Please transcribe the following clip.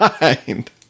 mind